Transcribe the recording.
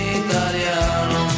italiano